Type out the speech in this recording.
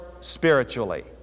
spiritually